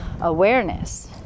awareness